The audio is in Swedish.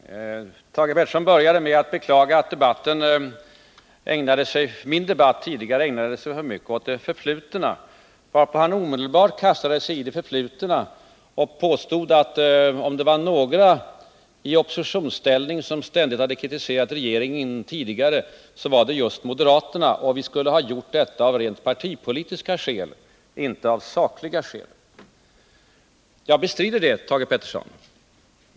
Fru talman! Thage Peterson började med att beklaga att jag i mitt anförande ägnade mig för mycket åt det förflutna, varpå han omedelbart kastade sig in i det förflutna och påstod att om det var några i oppositionsställning som tidigare ständigt hade kritiserat regeringen så var det just moderaterna. Vi skulle ha gjort det av rent partipolitiska skäl — inte av sakliga skäl. Jag bestrider det, Thage Peterson.